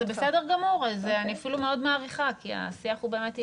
אני מאוד מעריכה כי השיח הוא באמת ענייני.